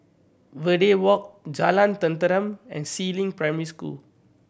Verde Walk Jalan Tenteram and Si Ling Primary School